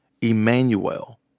Emmanuel